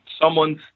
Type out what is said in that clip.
someone's